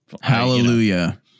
Hallelujah